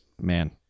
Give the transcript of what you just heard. man